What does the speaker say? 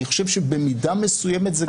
על מה זכות וטו?